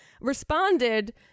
responded